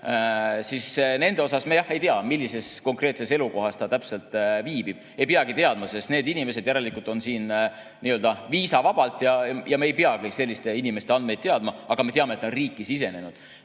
– nende puhul me ei tea, millises konkreetses elukohas keegi täpselt viibib. Ei peagi teadma, sest need inimesed on siin järelikult nii‑öelda viisavabalt ja me ei peagi selliste inimeste andmeid teadma. Aga me teame, et nad on riiki sisenenud.